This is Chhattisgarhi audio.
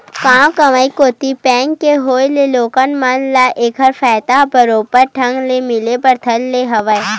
गाँव गंवई कोती बेंक के होय ले लोगन मन ल ऐखर फायदा ह बरोबर बने ढंग ले मिले बर धर ले हवय